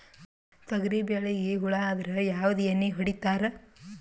ತೊಗರಿಬೇಳಿಗಿ ಹುಳ ಆದರ ಯಾವದ ಎಣ್ಣಿ ಹೊಡಿತ್ತಾರ?